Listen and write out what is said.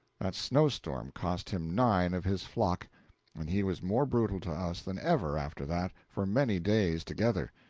that snow-storm cost him nine of his flock and he was more brutal to us than ever, after that, for many days together,